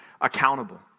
accountable